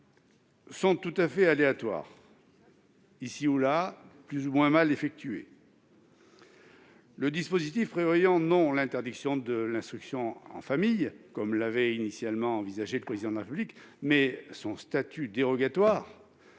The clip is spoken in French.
sont tout à fait aléatoires et plus ou moins mal effectués. Le dispositif prévoyant non pas l'interdiction de l'instruction en famille, comme l'avait initialement envisagé le Président de la République, mais son statut dérogatoire